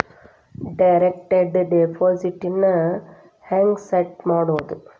Direct deposit ನ ಹೆಂಗ್ set ಮಾಡೊದು?